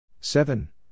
Seven